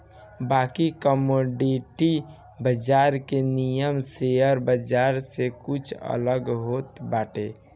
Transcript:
बाकी कमोडिटी बाजार के नियम शेयर बाजार से कुछ अलग होत बाटे